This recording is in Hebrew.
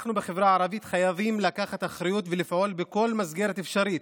אנחנו בחברה הערבית חייבים לקחת אחריות ולפעול בכל מסגרת אפשרית